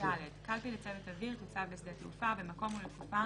(ד)קלפי לצוות אוויר תוצב בשדה תעופה במקום ולתקופה